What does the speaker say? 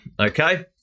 okay